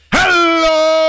Hello